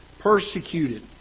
persecuted